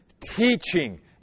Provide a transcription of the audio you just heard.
teaching